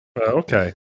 Okay